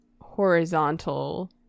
horizontal